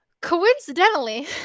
coincidentally